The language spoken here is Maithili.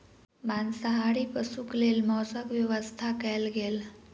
मांसाहारी पशुक लेल मौसक व्यवस्था कयल गेल